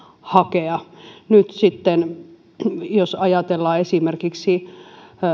hakea jos nyt sitten ajatellaan esimerkiksi